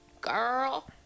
Girl